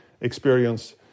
experience